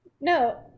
No